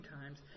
times